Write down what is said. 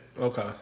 Okay